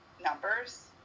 numbers